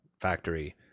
factory